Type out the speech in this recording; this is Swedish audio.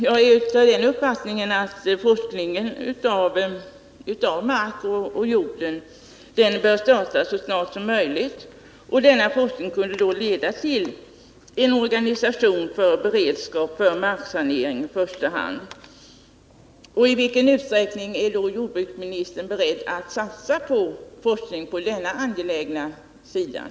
Jag har den uppfattningen att forskningen rörande mark och jord bör startas så snart som möjligt, och den forskningen kunde då leda till en organisation för beredskap när det gäller i första hand marksanering. I vilken utsträckning är då jordbruksministern beredd att satsa på forskning på detta angelägna område?